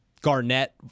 Garnett